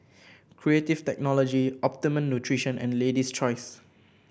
Creative Technology Optimum Nutrition and Lady's Choice